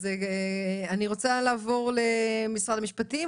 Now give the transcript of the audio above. אני רוצה לעבור למשרד המשפטים,